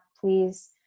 please